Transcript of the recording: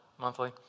monthly